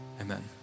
Amen